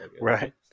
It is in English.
Right